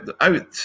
out